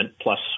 plus